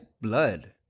blood